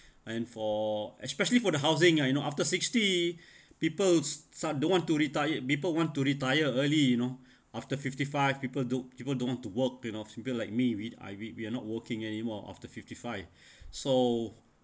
and for especially for the housing ah you know after sixty people's sa~ don't want to retired people want to retire early you know after fifty five people don't people don't want to work you know something like me whed~ we are not working anymore after fifty five so